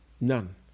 None